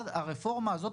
הרפורמה הזאת,